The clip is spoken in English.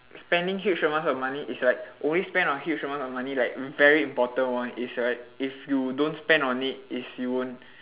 spending huge amounts of money is like always spend on huge amounts of money like very important one is right if you don't spend on it is you won't